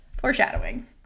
Foreshadowing